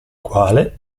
quale